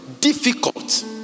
Difficult